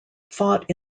fought